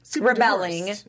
rebelling